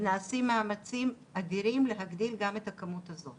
נעשים מאמצים אדירים להגדיל גם את הכמות הזאת.